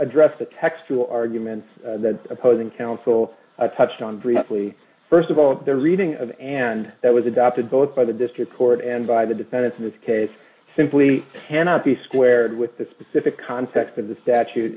address the text two arguments that opposing counsel touched on briefly st of all the reading of and that was adopted both by the district court and by the defendants in this case simply cannot be squared with the specific context of the statute